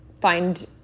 find